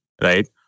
right